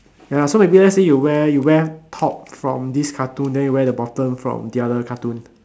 ya so maybe let's say you wear you wear top from this cartoon then you wear the bottom from the other cartoon